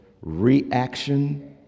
reaction